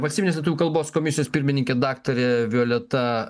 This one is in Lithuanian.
valstybinės lietuvių kalbos komisijos pirmininkė daktarė violeta